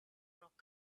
rock